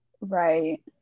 Right